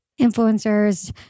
influencers